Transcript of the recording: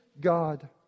God